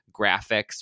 graphics